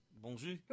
Bonjour